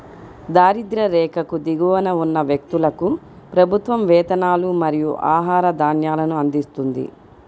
దారిద్య్ర రేఖకు దిగువన ఉన్న వ్యక్తులకు ప్రభుత్వం వేతనాలు మరియు ఆహార ధాన్యాలను అందిస్తుంది